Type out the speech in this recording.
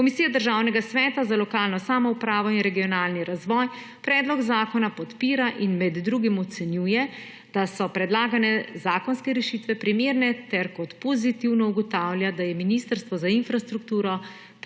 Komisija Državnega sveta za lokalno samoupravo in regionalni razvoj predlog zakona podpira in med drugim ocenjuje, da so predlagane zakonske rešitve primerne, ter kot pozitivno ugotavlja, da je Ministrstvo za infrastrukturo